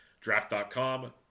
Draft.com